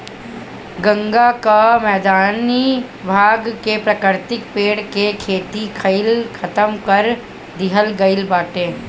गंगा कअ मैदानी भाग के प्राकृतिक पेड़ के खेती खातिर खतम कर दिहल गईल बाटे